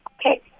Okay